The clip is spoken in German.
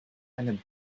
eine